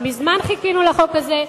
מזמן חיכינו לחוק הזה.